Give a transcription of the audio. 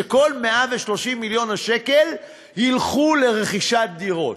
שכל 130 מיליון השקל ילכו לרכישת דירות.